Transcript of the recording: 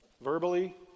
verbally